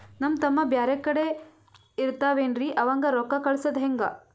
ನಮ್ ತಮ್ಮ ಬ್ಯಾರೆ ಕಡೆ ಇರತಾವೇನ್ರಿ ಅವಂಗ ರೋಕ್ಕ ಕಳಸದ ಹೆಂಗ?